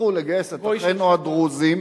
יצטרכו לגייס את אחינו הדרוזים,